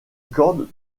corde